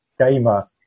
gamer